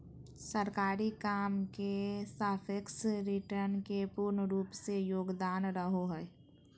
सरकारी काम मे सापेक्ष रिटर्न के पूर्ण रूप से योगदान रहो हय